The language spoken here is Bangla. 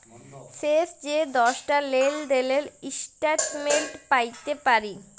শেষ যে দশটা লেলদেলের ইস্ট্যাটমেল্ট প্যাইতে পারি